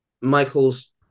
Michael's